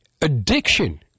addiction